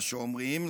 מה שאומרים,